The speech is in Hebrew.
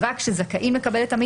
גם אם עדיין לא הוגש כתב אישום,